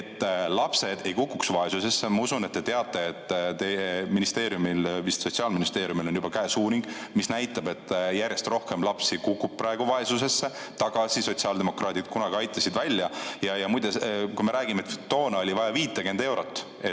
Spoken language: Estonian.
et lapsed ei kukuks vaesusesse? Ma usun, et te teate, et teie ministeeriumil, vist Sotsiaalministeeriumil, on juba käes uuring, mis näitab, et järjest rohkem lapsi kukub praegu vaesusesse tagasi. Sotsiaaldemokraadid kunagi aitasid nad välja. Muide, kui me räägime, et toona oli vaja 50 eurot,